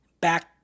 back